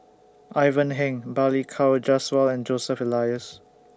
Ivan Heng Balli Kaur Jaswal and Joseph Elias